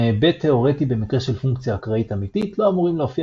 מהיבט תאורטי במקרה של פונקציה אקראית אמיתית לא אמורים להופיע